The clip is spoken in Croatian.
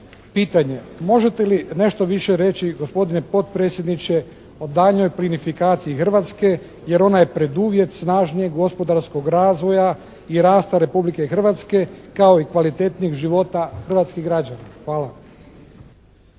Pitanje: Možete li nešto više reći gospodine potpredsjedniče o daljnjoj plinifikaciji Hrvatske jer ona je preduvjet snažnijeg gospodarskog razvoja i rasta Republike Hrvatske kao i kvalitetnijeg života hrvatskih građana. Hvala.